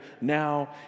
now